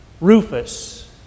Rufus